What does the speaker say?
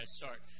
start